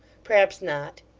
perhaps not.